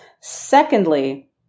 Secondly